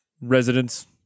residents